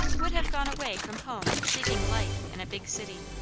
would have gone away from home seeking life in a big city.